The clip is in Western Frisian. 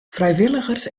frijwilligers